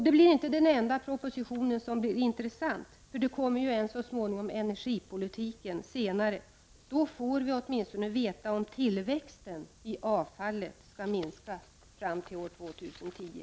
Det är inte den enda propositionen som blir intressant — det kommer senare en om energipolitiken. Då får vi åtminstone veta om tillväxten av avfallet skall minska fram till år 2010.